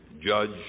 judge